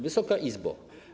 Wysoka Izbo!